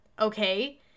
Okay